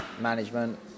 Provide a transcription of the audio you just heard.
management